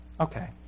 Okay